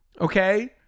Okay